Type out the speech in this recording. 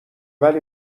ولی